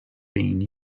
being